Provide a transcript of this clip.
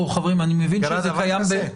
יש דבר כזה?